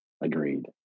Agreed